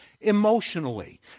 emotionally